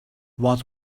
was